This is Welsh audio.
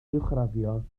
uwchraddio